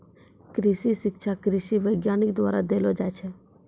कृषि शिक्षा कृषि वैज्ञानिक द्वारा देलो जाय छै